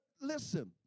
listen